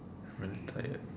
I'm really tired